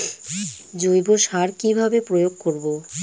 জৈব সার কি ভাবে প্রয়োগ করব?